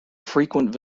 frequent